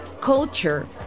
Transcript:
culture